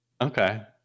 Okay